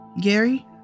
Gary